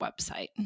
website